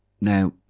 Now